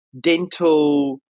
dental